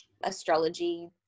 astrology